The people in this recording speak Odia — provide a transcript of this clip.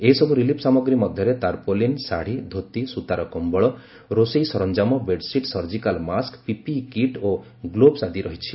ଏହିସବ୍ ରିଲିଫ୍ ସାମଗ୍ରୀ ମଧ୍ୟରେ ତାର୍ପୋଲିନ୍ ଶାଢ଼ି ଧୋତି ସୂତାର କମ୍ବଳ ରୋଷେଇ ସରଞ୍ଜାମ bedsheet surgical mask PPE kit ଓ ଗ୍ଲୋଭ୍ସ୍ ଆଦି ରହିଛି